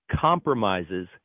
compromises